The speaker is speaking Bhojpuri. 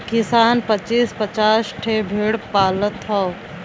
किसान पचीस पचास ठे भेड़ पालत हौ